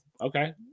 Okay